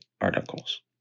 articles